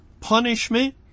punishment